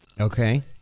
Okay